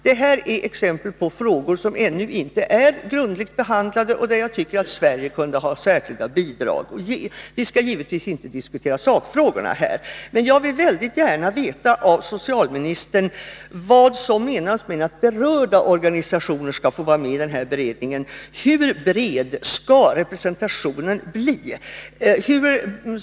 Det här är exempel på frågor som ännu inte är grundligt behandlade och där jag tycker att Sverige kunde ha särskilda bidrag att ge. Vi skall givetvis inte diskutera sakfrågorna här, men jag vill mycket gärna få veta vad som menas med att ”berörda organisationer” skall få vara med i beredningen. Hur bred skall representationen bli?